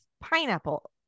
pineapple